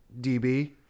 DB